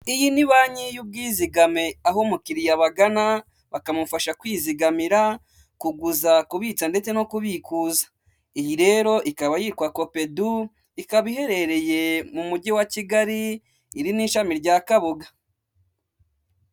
Iyi ni banki y'ubwizigame, aho umukiriya abagana bakamufasha kwizigamira, kuguza, kubitsa, ndetse no kubikuza. Iyi rero ikaba yitwa kopedu, ikaba iherereye mu mujyi wa Kigali, iri ni ishami rya Kabuga.